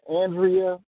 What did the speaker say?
Andrea